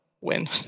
win